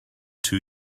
two